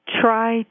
try